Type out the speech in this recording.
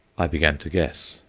i began to guess.